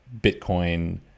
Bitcoin